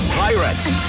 pirates